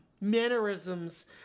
mannerisms